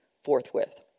forthwith